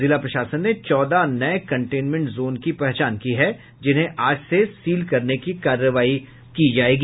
जिला प्रशासन ने चौदह नये कंटेमेंट जोन की पहचान की है जिन्हें आज से सील करने की कार्रवाई की जायेगी